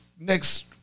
next